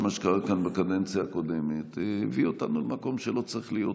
שמה שקרה כאן בקדנציה הקודמת הביא אותנו למקום שלא צריך להיות בו.